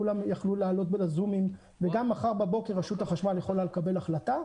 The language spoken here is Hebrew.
כולם יכלו לעלות לזומים וגם מחר בבוקר רשות החשמל יכולה לקבל החלטה,